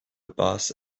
basse